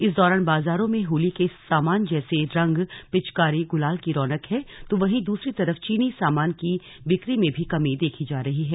इस दौरान बाजारों में होली के सामान जैसे रंग पिचकारी गुलाल की रौनक है तो वहीं दूसरी तरफ चीनी सामान की बिक्री में कमी देखी जा रही है